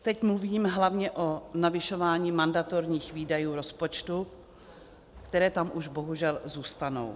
Teď mluvím hlavně o navyšování mandatorních výdajů rozpočtu, které tam už bohužel zůstanou.